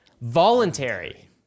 voluntary